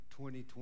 2020